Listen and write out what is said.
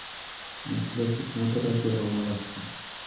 मिट्टीया कितना तरह के होब हखिन?